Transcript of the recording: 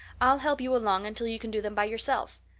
i'll help you along until you can do them by yourself.